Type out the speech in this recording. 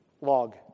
log